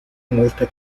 muestra